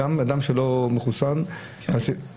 גם אדם שהוא לא מחוסן --- כרגע,